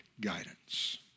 guidance